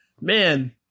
man –